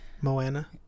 Moana